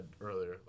earlier